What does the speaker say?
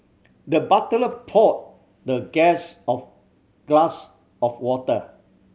the butler poured the guest of a glass of water